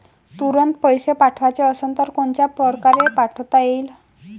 तुरंत पैसे पाठवाचे असन तर कोनच्या परकारे पाठोता येईन?